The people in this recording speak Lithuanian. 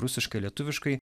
rusiškai lietuviškai